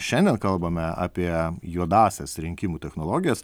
šiandien kalbame apie juodąsias rinkimų technologijas